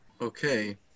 Okay